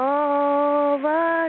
over